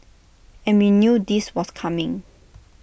and we knew this was coming